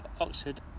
Oxford